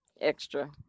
extra